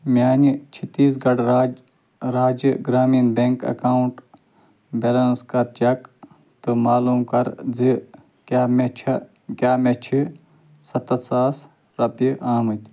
میٛانہِ چٔھتیٖس گَڑھ راجہِ راجیہِ گرٛامیٖن بیٚنٛک اکاوُنٹُک بیلینس کَر چیک تہٕ معلوٗم کَر زِ کیٛاہ مےٚ چھا کیٛاہ مےٚ چھِ سَتَتھ ساس رۄپیہِ آمٕتۍ